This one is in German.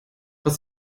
was